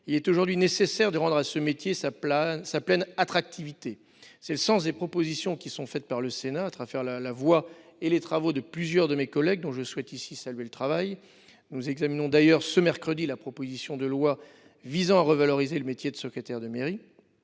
il est aujourd'hui nécessaire de rendre à ce métier sa pleine attractivité. C'est le sens des propositions qui sont faites par le Sénat, par la voix de plusieurs de mes collègues dont je souhaite saluer ici le travail. Nous examinerons d'ailleurs ce mercredi la proposition de loi visant à revaloriser le métier de secrétaire de mairie,